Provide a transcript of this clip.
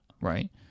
right